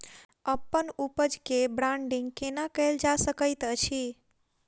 अप्पन उपज केँ ब्रांडिंग केना कैल जा सकैत अछि?